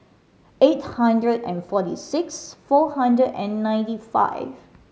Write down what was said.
eight hundred and forty six four hundred and ninety five